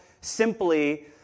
simply